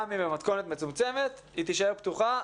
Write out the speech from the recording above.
גם אם במכונת מצומצמת, היא תישאר פתוחה.